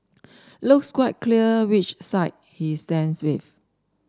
looks quite clear which side he stands with